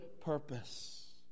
purpose